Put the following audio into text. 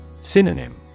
Synonym